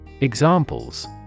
Examples